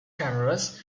cameras